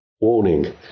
warning